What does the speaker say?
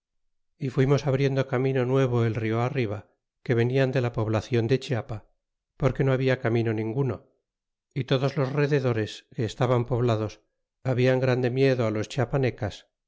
y fuir mes abriendo camino nuevo el he arriba que venian de la poblacion de chiapa porque no habla camino ninguno y todos los rededores que estaban poblados hablan grande miedo los chiapanecas